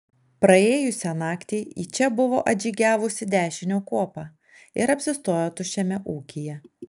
praėjusią naktį į čia buvo atžygiavusi dešinio kuopa ir apsistojo tuščiame ūkyje